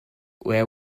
there